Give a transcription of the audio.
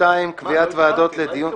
הם לא בהקשבה...